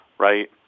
right